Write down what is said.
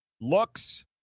looks